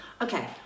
okay